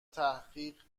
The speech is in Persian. تحقق